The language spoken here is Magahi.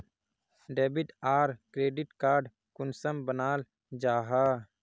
डेबिट आर क्रेडिट कार्ड कुंसम बनाल जाहा?